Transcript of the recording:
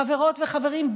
חברות וחברים,